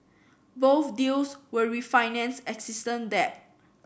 both deals will refinance existing debt